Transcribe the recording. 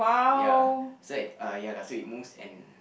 ya so it uh ya lah so it moves and